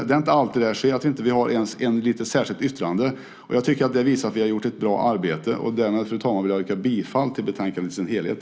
Det är inte alltid det sker att vi inte ens har ett litet särskilt yttrande. Jag tycker att det visar att vi har gjort ett bra arbete. Därmed, fru talman, vill jag yrka bifall till förslaget i betänkandet i dess helhet.